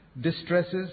distresses